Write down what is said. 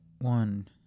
One